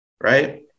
right